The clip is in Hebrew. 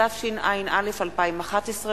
התשע"א 2011,